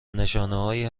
نشانههایی